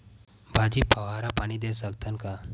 भाजी फवारा पानी दे सकथन का?